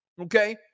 Okay